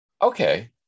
Okay